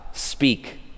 speak